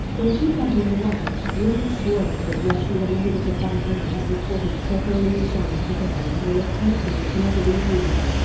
in two thousand and one, rumors swirled that roth and the members of van halen had recorded several new songs together and were attempting yet another reunion.